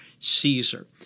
Caesar